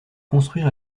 construire